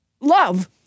love